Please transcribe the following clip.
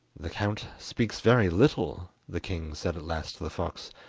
the count speaks very little the king said at last to the fox,